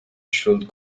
should